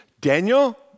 Daniel